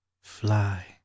fly